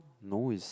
no is